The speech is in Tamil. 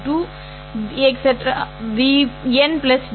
vn wn T